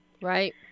right